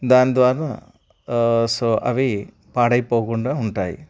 దాని ద్వారా సో అవి పాడైపోకుండా ఉంటాయి